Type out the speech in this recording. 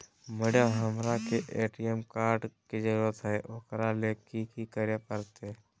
Madam, हमरा के ATM card के जरूरत है ऊकरा ले की की करे परते?